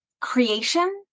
creation